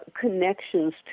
connections